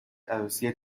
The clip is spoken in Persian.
عروسی